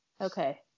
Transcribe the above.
Okay